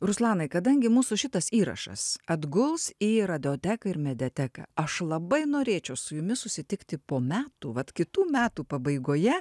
ruslanai kadangi mūsų šitas įrašas atguls į radioteką ir mediateką aš labai norėčiau su jumis susitikti po metų vat kitų metų pabaigoje